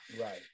right